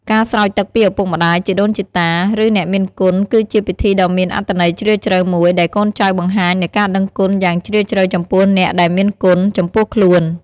ការស្រោចទឹកពីឪពុកម្ដាយ ជីដូនជីតា ឬអ្នកមានគុណគឺជាពិធីដ៏មានអត្ថន័យជ្រាលជ្រៅមួយដែលកូនចៅបង្ហាញនូវការដឹងគុណយ៉ាងជ្រាលជ្រៅចំពោះអ្នកដែលមានគុណចំពោះខ្លួន។